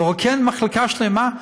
לרוקן מחלקה שלמה?